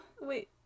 Wait